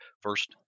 first